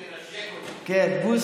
לנשק אותו.